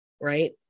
right